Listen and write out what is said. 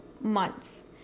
months